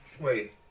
Wait